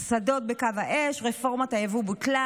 השדות בקו האש ורפורמת הייבוא בוטלה: